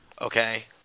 okay